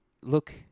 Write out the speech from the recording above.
look